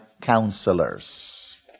counselors